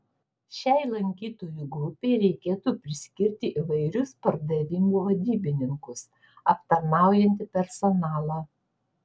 šiai lankytojų grupei reikėtų priskirti įvairius pardavimų vadybininkus aptarnaujantį personalą